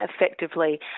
effectively